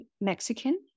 Mexican